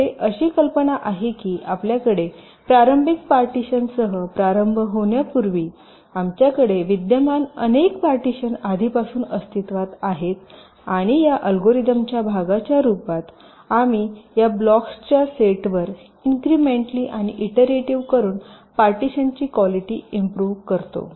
येथे अशी कल्पना आहे की आपल्याकडे प्रारंभिक पार्टीशनसह प्रारंभ होण्यापूर्वी आमच्याकडे विद्यमान अनेक पार्टीशन आधीपासून अस्तित्वात आहेत आणि या अल्गोरिदमच्या भागाच्या रूपात आम्ही या ब्लॉक्सच्या सेटवर इनक्रेमेंटली आणि इटरेटिव्ह करून पार्टीशनची क्वालिटी इम्प्रोव्ह करतो